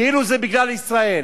כאילו זה בגלל ישראל.